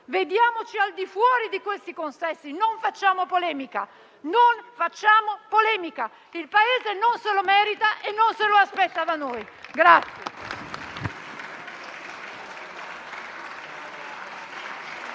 Vediamoci al di fuori di questi consessi e non facciamo polemica. Il Paese non se lo merita e non se lo aspetta da noi.